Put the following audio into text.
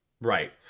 Right